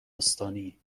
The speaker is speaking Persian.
استانی